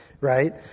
right